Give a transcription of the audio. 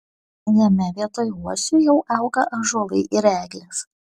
jame vietoj uosių jau auga ąžuolai ir eglės